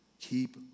Keep